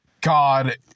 God